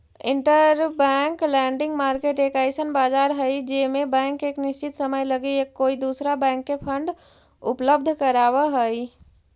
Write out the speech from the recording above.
interbank lending market एक अइसन बाजार हई जे में बैंक एक निश्चित समय लगी एक कोई दूसरा बैंक के फंड उपलब्ध कराव हई